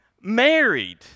married